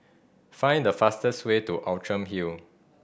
find the fastest way to Outram Hill